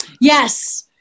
Yes